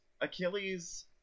Achilles